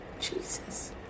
Jesus